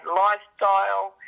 lifestyle